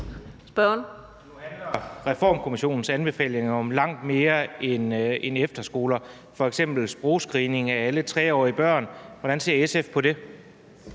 Nu handler Reformkommissionens anbefalinger om langt mere end blot efterskoler, f.eks. sprogscreening af alle 3-årige børn. Hvordan ser SF på det?